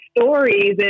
stories